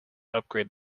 upgrade